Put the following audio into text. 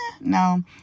No